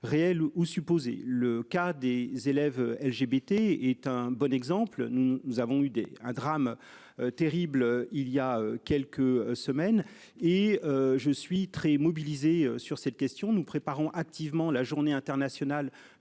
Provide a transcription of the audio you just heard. réelle ou supposée. Le cas des élèves LGBT est un bon exemple. Nous avons eu des drames terribles. Il y a quelques semaines et je suis très mobilisée sur cette question, nous préparons activement la journée internationale